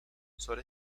sobre